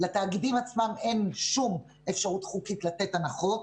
לתאגידים עצמם אין שום אפשרות חוקית לתת הנחות,